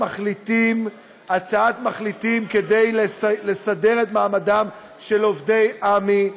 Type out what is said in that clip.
מחליטים כדי לסדר את מעמדם של עובדי עמ"י,